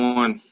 one